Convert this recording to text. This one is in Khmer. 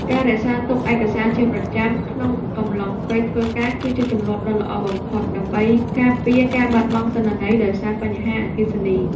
ការរក្សាទុកឯកសារជាប្រចាំក្នុងកំឡុងពេលធ្វើការគឺជាទម្លាប់ដ៏ល្អបំផុត ដើម្បីការពារការបាត់បង់ទិន្នន័យដោយសារបញ្ហាអគ្គិសនី។